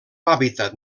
hàbitat